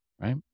right